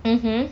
mmhmm